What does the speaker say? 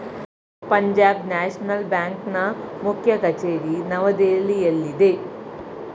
Punjab national ಬ್ಯಾಂಕ್ನ ಮುಖ್ಯ ಕಚೇರಿ ನವದೆಹಲಿಯಲ್ಲಿದೆ